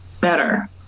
better